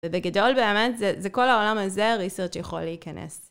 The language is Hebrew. ובגדול באמת זה כל העולם הזה research יכול להיכנס.